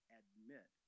admit